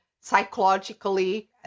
psychologically